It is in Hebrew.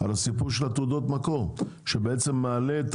זה מעלה את